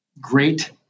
great